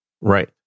Right